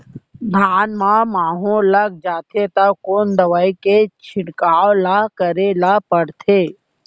धान म माहो लग जाथे त कोन दवई के छिड़काव ल करे ल पड़थे?